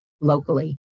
locally